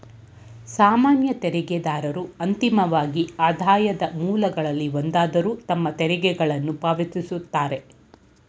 ಸಾಮಾನ್ಯ ತೆರಿಗೆದಾರರು ಅಂತಿಮವಾಗಿ ಆದಾಯದ ಮೂಲಗಳಲ್ಲಿ ಒಂದಾದ್ರು ತಮ್ಮ ತೆರಿಗೆಗಳನ್ನ ಪಾವತಿಸುತ್ತಾರೆ